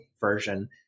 version